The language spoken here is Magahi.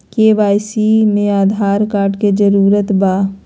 के.वाई.सी में आधार कार्ड के जरूरत बा?